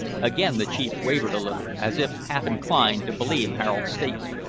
again the chief wavered a little, as if half-inclined to believe harold's statement.